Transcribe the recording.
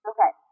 Okay